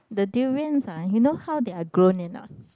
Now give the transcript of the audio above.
the durians ah you know how they are grown or not